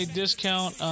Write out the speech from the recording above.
discount